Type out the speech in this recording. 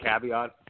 caveat